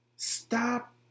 Stop